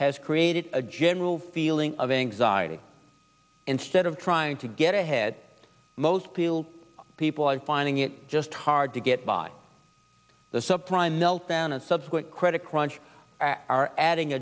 has created a general feeling of anxiety instead of trying to get ahead most people are finding it just hard to get by the subprime meltdown and subsequent credit crunch are adding